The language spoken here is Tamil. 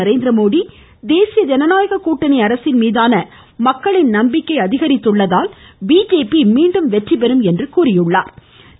நரேந்திரமோடி தேசிய ஜனநாயக கூட்டணி அரசின் மீதான மக்களின் நம்பிக்கை அதிகரித்துள்ளதால் பிஜேபி மீண்டும் வெற்றி பெறும் என்று கூறியுள்ளா்